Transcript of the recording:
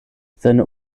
seine